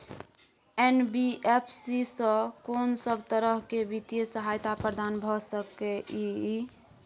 NBFC स कोन सब तरह के वित्तीय सहायता प्रदान भ सके इ? इ